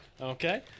Okay